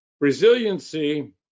Resiliency